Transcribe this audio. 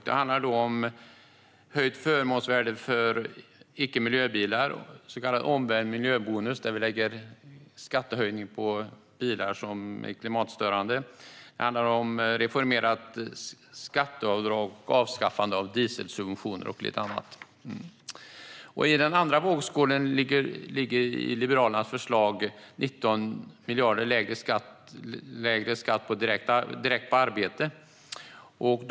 Det handlar om höjt förmånsvärde för icke-miljöbilar - så kallad omvänd miljöbilsbonus, där vi höjer skatten på bilar som är klimatstörande - samt om ett reformerat reseavdrag, avskaffande av dieselsubventioner och en del annat. I den andra vågskålen ligger att Liberalerna föreslår 19 miljarder lägre skatt direkt på arbete.